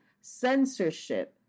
censorship